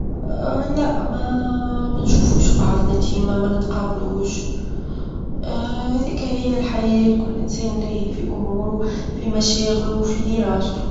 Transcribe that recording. لأ -ما- ما نشوفوش بعظنا ما نتقابلوش<> هاذيك هي الحياة كل إنسان لاهي في أموره، وفي مشاغله، وفي دراسته.